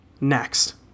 next